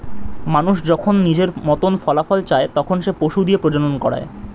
মানুষ যখন নিজের মতন ফলাফল চায়, তখন সে পশু দিয়ে প্রজনন করায়